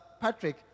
Patrick